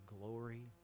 glory